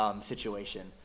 situation